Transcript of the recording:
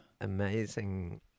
amazing